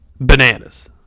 Bananas